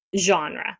genre